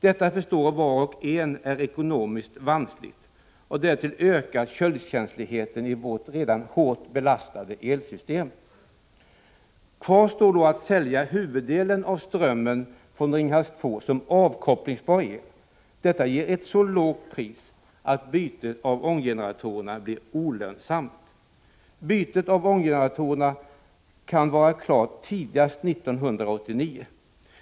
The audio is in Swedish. Att detta är ekonomiskt vanskligt förstår var och en. Därtill ökar köldkänsligheten i vårt redan hårt belastade elsystem. Kvar står då att sälja huvuddelen av strömmen från Ringhals 2 som avkopplingsbar el. Detta ger ett så lågt pris att bytet av ånggeneratorer blir olönsamt. Bytet av ånggeneratorerna kan vara klart tidigast 1989.